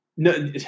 No